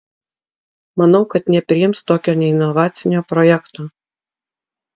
manau kad nepriims tokio neinovacinio projekto